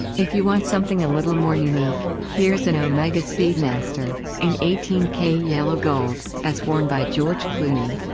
if you want something a little more unique, here's an omega speedmaster in eighteen k yellow gold, as worn by george clooney.